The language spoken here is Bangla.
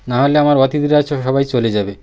না হলে আমার অতিথিরা সবাই চলে যাবে